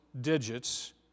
digits